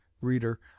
reader